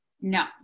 No